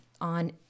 on